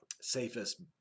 safest